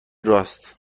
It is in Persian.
راست